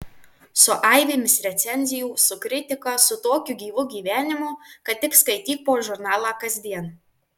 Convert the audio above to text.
su aibėmis recenzijų su kritika su tokiu gyvu gyvenimu kad tik skaityk po žurnalą kasdien